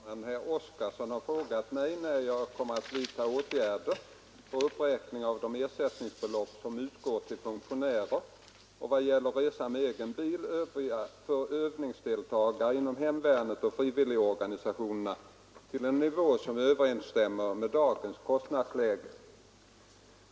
Herr talman! Herr Oskarson har frågat mig, när jag kommer att vidta åtgärder för uppräkning av de ersättningsbelopp som utgår till funktionärer och vad gäller resa med egen bil för övningsdeltagare inom hemvärn och frivilligorganisationer till en nivå som överensstämmer med dagens kostnadsläge.